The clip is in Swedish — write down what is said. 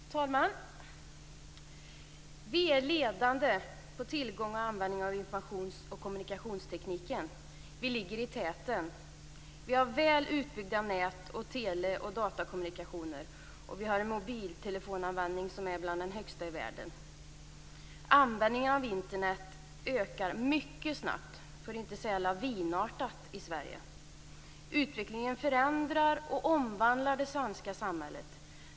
Herr talman! Vi är ledande på tillgång till och användning av informations och kommunikationstekniken. Vi ligger i täten. Vi har väl utbyggda nät för teleoch datakommunikationer och vi har en mobiltelefonanvändning som är bland de högsta i världen. Användningen av Internet ökar mycket snabbt, för att inte säga lavinartat i Sverige. Utvecklingen förändrar och omvandlar det svenska samhället.